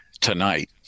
tonight